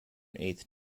eighth